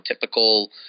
typical